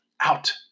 out